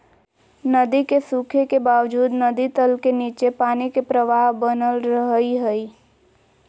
नदी के सूखे के बावजूद नदी तल के नीचे पानी के प्रवाह बनल रहइ हइ